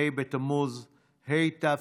ה' בתמוז התשפ"א,